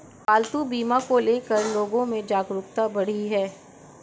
पालतू बीमा को ले कर लोगो में जागरूकता बढ़ी है